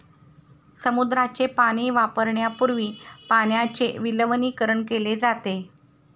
समुद्राचे पाणी वापरण्यापूर्वी पाण्याचे विलवणीकरण केले जाते